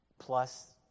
Plus